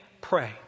pray